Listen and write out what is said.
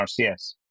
RCS